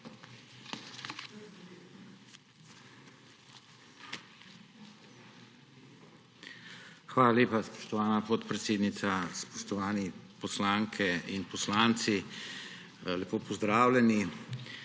Hvala lepa, spoštovana podpredsednica. Spoštovani poslanke in poslanci, lepo pozdravljeni!